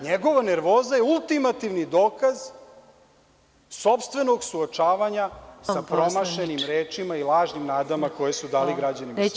Njegova nervoza je ultimativni dokaz sopstvenog suočavanja sa promašenim rečima i lažnim nadama koje su dali građanima Srbije.